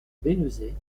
bénezet